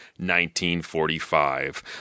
1945